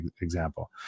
example